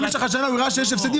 לכן אתה תראה אותי הרבה,